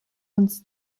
uns